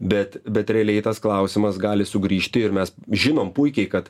bet bet realiai tas klausimas gali sugrįžti ir mes žinom puikiai kad